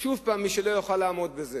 שוב, מי שלא יוכל לעמוד בזה